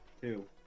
two